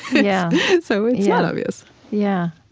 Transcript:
yeah so it's not obvious yeah,